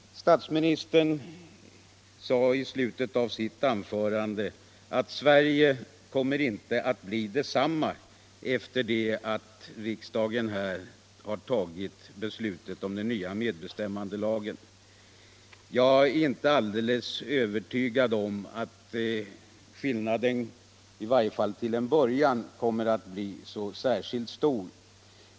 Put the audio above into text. Statsministern sade i slutet av sitt anförande att Sverige inte kommer att bli detsamma efter det att riksdagen har fattat beslutet om den nya medbestämmandelagen. Jag är emellertid inte alldeles övertygad om att skillnaden kommer att bli särskilt stor, i varje fall inte till en början.